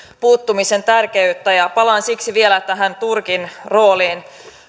puuttumisen tärkeyttä ja palaan siksi vielä tähän turkin rooliin